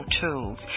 tools